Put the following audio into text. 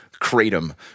Kratom